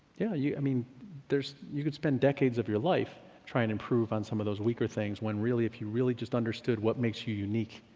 yeah you i mean you could spend decades of your life trying to improve on some of those weaker things when really if you really just understood what makes you unique,